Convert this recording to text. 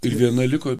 ir viena liko